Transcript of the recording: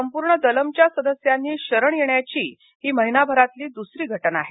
संपूर्ण दलमच्या सदस्यांनी शरण येण्याची ही महिनाभरातील दुसरी घटना आहे